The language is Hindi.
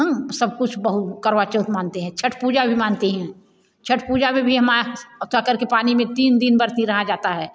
हूं सब कुछ करवा चौथ मनाते हैं छठ पूजा भी मनाते हैं छठ पूजा मे भी चक्कर के पानी में तीन दिन बर्ती रहा जाता है